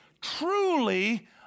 truly